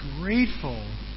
grateful